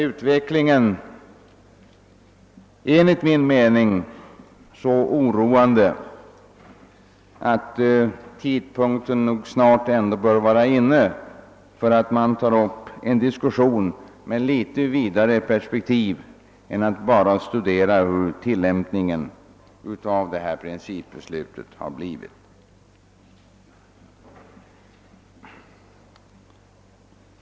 Utvecklingen på detta område är så oroande att tidpunkten nu bör vara inne att ta upp en diskussion med något vidare målsättning än att studera hur detta principbeslut tillämpas.